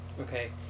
Okay